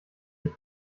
sich